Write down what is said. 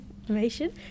Information